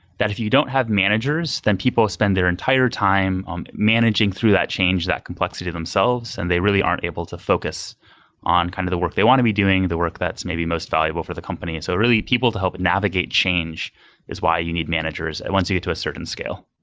that if you don't have managers, then people spend their entire time managing through that change, that complexity themselves, and they really aren't able to focus on kind of the work they want to be doing, the work that's maybe most valuable for the company. so, really, people to help navigate change is why you need managers once you get to a certain scale.